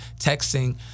texting